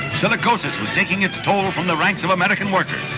silicosis taking its toll from the ranks of american workers.